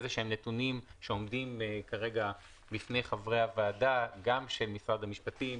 איזה שהם נתונים שעומדים כרגע בפני חברי הוועדה גם של משרד המשפטים,